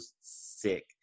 sick